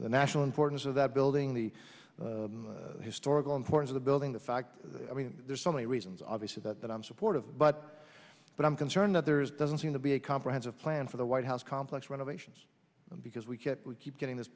the national importance of that building the historical importance of the building the fact i mean there's so many reasons obviously that i'm supportive but but i'm concerned that there is doesn't seem to be a comprehensive plan for the white house complex renovations because we get we keep getting this